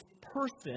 person